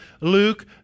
Luke